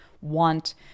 want